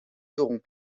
seront